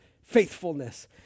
faithfulness